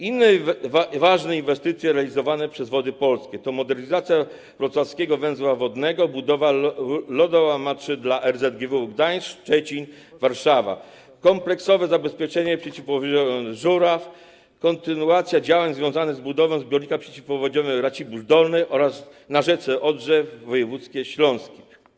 Inne ważne inwestycje realizowane przez Wody Polskie to modernizacja Wrocławskiego Węzła Wodnego, budowa lodołamaczy dla RZGW Gdańsk, Szczecin, Warszawa, kompleksowe zabezpieczenie przeciwpowodziowe Żuław, kontynuacja działań związanych z budową zbiornika przeciwpowodziowego Racibórz Dolny na rzece Odrze w województwie śląskim.